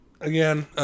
again